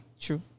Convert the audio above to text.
True